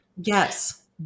Yes